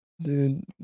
dude